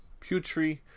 Putri